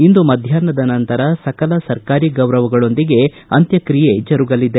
ಇಂದು ಮಧ್ಯಾಷ್ನದ ನಂತರ ಸಕಲ ಸರ್ಕಾರಿ ಗೌರವಗಳೊಂದಿಗೆ ಅಂತ್ಯಕ್ತಿಯೆ ಜರುಗಲಿದೆ